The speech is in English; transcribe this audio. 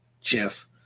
Jeff